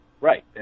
Right